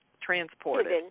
transported